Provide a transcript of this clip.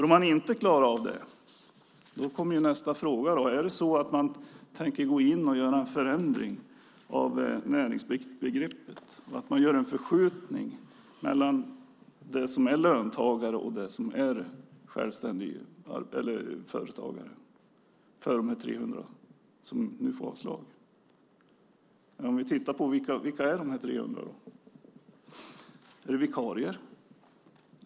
Om han inte klarar av det kommer nästa fråga: Tänker man gå in och göra en förändring av näringsbegreppet så att det blir en förskjutning mellan det som är löntagare och det som är självständig företagare, för dessa 300 som nu får avslag? Vilka är dessa 300? Är det vikarier?